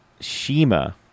Shima